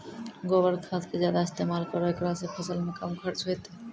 गोबर खाद के ज्यादा इस्तेमाल करौ ऐकरा से फसल मे कम खर्च होईतै?